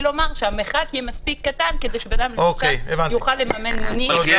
לומר שהמרחק יהיה מספיק קטן כדי שבן אדם יוכל לממן מונית.